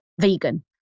vegan